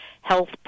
health